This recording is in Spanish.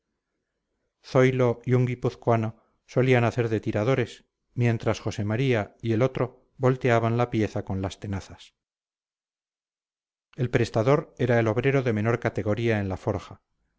industria zoilo y un guipuzcoano solían hacer de tiradores mientras josé maría y el otro volteaban la pieza con las tenazas el prestador era el obrero de menor categoría en la forja